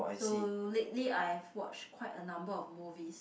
so lately I've watch quite a number of movies